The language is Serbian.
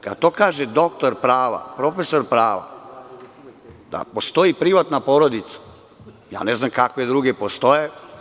Kad kaže doktor prava, profesor prava, da postoji privatna porodica, ne znam kakve druge postoje.